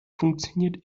funktioniert